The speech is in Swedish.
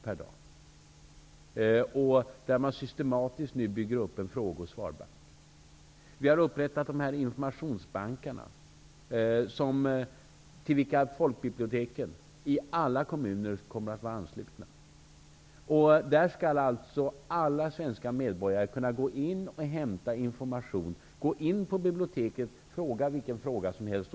Där bygger man nu systematiskt upp en fråge och svarsbank. Vi har upprättat informationsbanker till vilka folkbiblioteken i alla kommuner kommer att vara anslutna. Där skall alla svenska medborgare kunna gå in och hämta information. Man skall kunna gå in på biblioteket och ställa vilken fråga som helst.